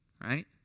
right